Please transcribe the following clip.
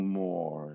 more